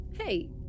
Hey